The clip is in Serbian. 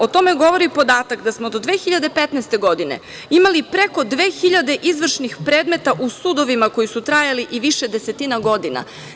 O tome govori podatak da smo od 2015. godine imali preko 2.000 izvršnih predmeta u sudovima koji su trajali i više desetina godina.